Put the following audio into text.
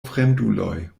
fremduloj